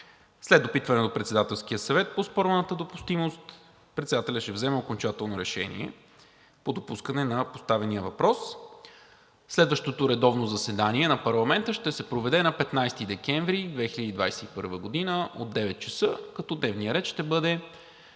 След допитване до Председателския съвет по оспорваната допустимост председателят ще вземе окончателно решение по допускане на поставения въпрос. Следващото редовно заседание на парламента ще се проведе на 15 декември 2021 г. от 9,00 ч., като дневният ред ще бъде